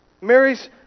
Mary's